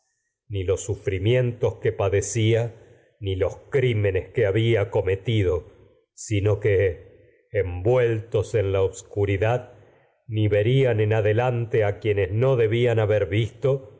que más sufrimientos padecía ni los crí menes que había cometido sino que envueltos en la obscuridad ni verían en haber adelante a quienes no debían a visto